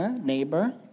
neighbor